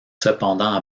cependant